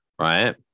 right